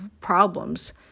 problems